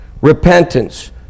repentance